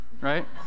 right